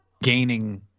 Gaining